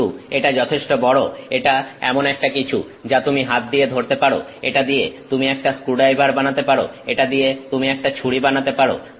কিন্তু এটা যথেষ্ট বড় এটা এমন একটা কিছু যা তুমি হাত দিয়ে ধরতে পারো এটা দিয়ে তুমি একটা স্ক্রু ড্রাইভার বানাতে পারো এটা দিয়ে তুমি একটা ছুরি বানাতে পারো